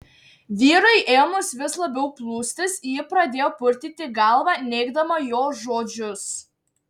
vyrui ėmus vis labiau plūstis ji pradėjo purtyti galvą neigdama jo žodžius